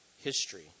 history